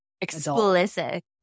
Explicit